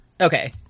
Okay